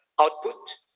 output